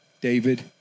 David